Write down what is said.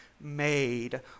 made